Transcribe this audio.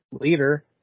leader